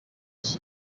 运行